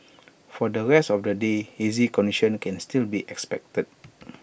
for the rest of the day hazy conditions can still be expected